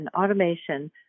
automation